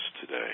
today